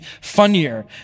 funnier